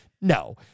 No